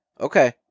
Okay